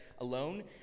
alone